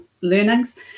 learnings